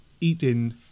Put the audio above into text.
eating